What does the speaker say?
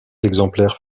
exemplaires